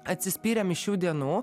atsispyrėm iš šių dienų